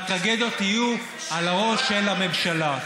והטרגדיות יהיו על הראש של הממשלה.